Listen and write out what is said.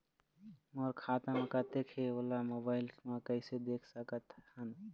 मोर खाता म कतेक हे ओला मोबाइल म कइसे देख सकत हन?